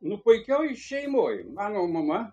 nu puikioj šeimoj mano mama